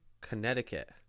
Connecticut